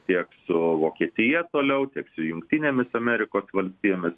tiek su vokietija toliau tiek su jungtinėmis amerikos valstijomis